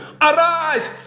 Arise